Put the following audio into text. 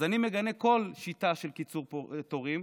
אז אני מגנה כל שיטה של קיצור תורים,